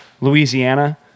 Louisiana